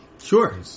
Sure